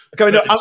Okay